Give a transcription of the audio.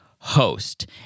Host